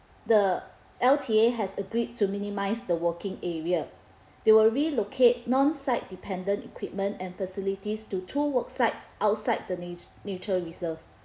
the L_T_A has agreed to minimise the working area they will relocate non site dependent equipment and facilities to two work sites outside the nate~ nature reserve